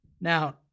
Now